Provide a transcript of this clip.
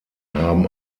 haben